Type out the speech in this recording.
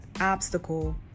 obstacle